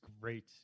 great